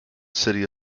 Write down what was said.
city